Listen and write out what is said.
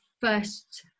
first